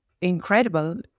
incredible